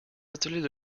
ateliers